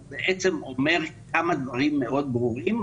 הוא בעצם אומר כמה דברים מאוד ברורים,